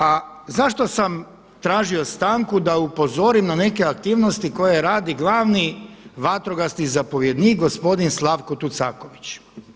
A zašto sam tražio stanku da upozorim na neke aktivnosti koje radi glavni vatrogasni zapovjednik gospodin Slavko Tucaković?